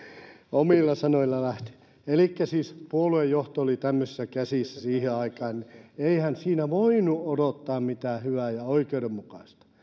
omilla sanoilla lähti elikkä kun siis puoluejohto oli tämmöisissä käsissä siihen aikaan niin eihän siinä voinut odottaa mitään hyvää ja oikeudenmukaista